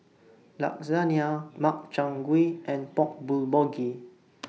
Lasagna Makchang Gui and Pork Bulgogi